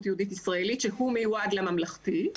יהודית ישראלית שהוא מיועד לממלכתי,